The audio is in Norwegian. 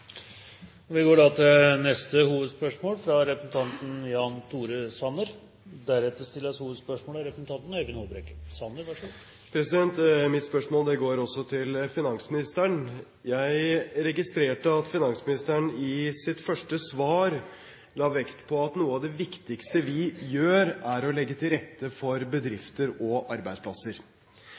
Vi går da til neste hovedspørsmål. Mitt spørsmål går også til finansministeren. Jeg registrerte at finansministeren i sitt første svar la vekt på at noe av det viktigste vi gjør, er å legge til rette for bedrifter og arbeidsplasser.